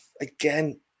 Again